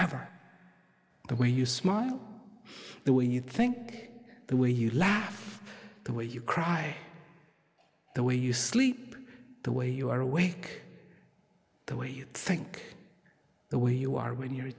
the way you smile the way you think the way you laugh the way you cry the way you sleep the way you are awake the way you think the way you are when you're